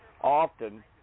often